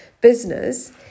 business